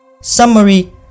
Summary